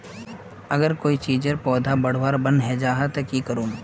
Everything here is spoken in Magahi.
अगर कोई चीजेर पौधा बढ़वार बन है जहा ते की करूम?